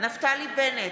נפתלי בנט,